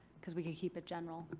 because we could keep it general.